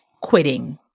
quitting